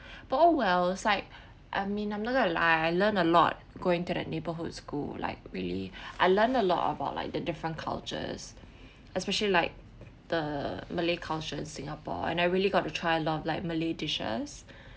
oh well it's like I mean I'm not going to lie I learn a lot going to the neighbourhood school like really I learned a lot about like the different cultures especially like the malay culture in singapore and I really got to try a lot of like malay dishes